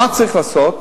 מה צריך לעשות?